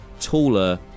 taller